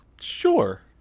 Sure